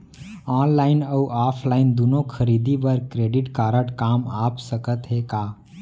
Online अऊ offline दूनो खरीदी बर क्रेडिट कारड काम आप सकत हे का?